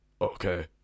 okay